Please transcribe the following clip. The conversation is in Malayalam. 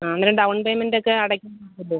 ആ അന്നേരം ഡൗൺ പേമെൻറ് ഒക്കെ അടയ്ക്കാൻ പറ്റുമോ